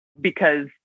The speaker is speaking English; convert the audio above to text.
because-